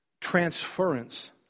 transference